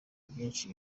byinshi